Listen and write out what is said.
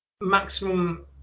maximum